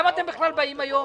למה אתם בכלל באים היום?